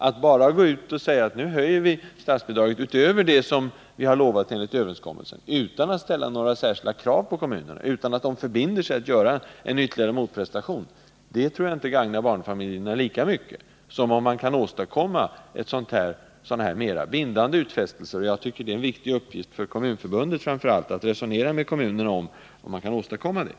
Att bara säga till kommunerna att vi skall höja statsbidraget utöver det som har utlovats enligt överenskommelsen, utan att ställa några särskilda krav på kommunerna och utan att de förbinder sig att göra en ytterligare motprestation, tror jag inte gagnar barnfamiljerna lika mycket som om man kan åstadkomma mer bindande utfästelser. Jag tycker att det är en viktig uppgift för framför allt Kommunförbundet att diskutera möjligheterna att åstadkomma sådana garantier från kommunerna.